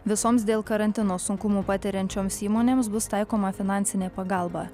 visoms dėl karantino sunkumų patiriančioms įmonėms bus taikoma finansinė pagalba